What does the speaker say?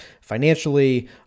financially